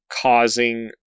causing